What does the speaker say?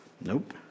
Nope